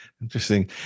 Interesting